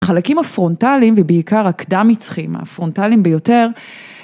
החלקים הפרונטליים ובעיקר הקדם מצחיים, הפרונטליים ביותר.